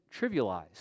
trivialized